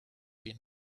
been